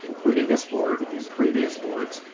including this board in previous boards,